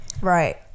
right